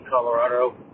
Colorado